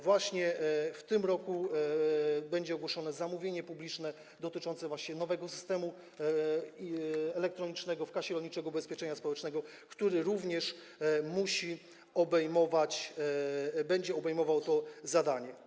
Właśnie w tym roku będzie ogłoszone zamówienie publiczne dotyczące nowego systemu elektronicznego w Kasie Rolniczego Ubezpieczenia Społecznego, który również musi obejmować i będzie obejmował to zadanie.